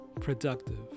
productive